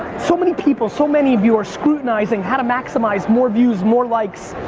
so many people, so many of you are scrutinizing how to maximize more views, more likes,